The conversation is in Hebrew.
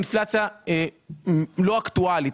היא אינפלציה לא אקטואלית,